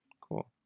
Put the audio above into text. Cool